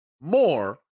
More